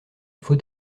faut